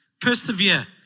Persevere